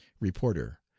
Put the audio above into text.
Reporter